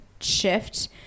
shift